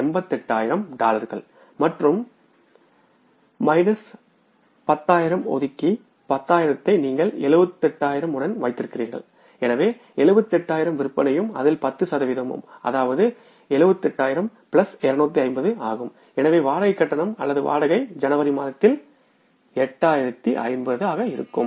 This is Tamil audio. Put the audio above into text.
88000 டாலர்கள் மற்றும் கழித்தல் 10000 ஒதுக்கி 10000 ஐ நீங்கள் 78000 உடன் வைத்திருக்கிறீர்கள் எனவே 78000 விற்பனையும் அதில் 10 சதவிகிதமும்அதாவது 7800 கூட்டல் 250 ஆகும் எனவே வாடகைக் கட்டணம் அல்லது வாடகை ஜனவரி மாதத்தில் 8050 இருக்கும்